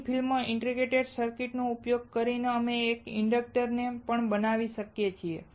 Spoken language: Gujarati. થિન ફિલ્મ ઇન્ટિગ્રેટેડ સર્કિટનો ઉપયોગ કરીને અમે એક ઇન્ડક્ટરને પણ બનાવી શકીએ છીએ